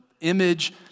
image